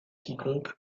quiconque